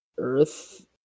Earth